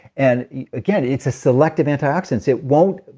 and again, it's a selective antioxidant. it won't